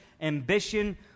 ambition